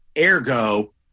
ergo